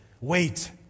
Wait